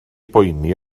boeni